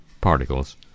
particles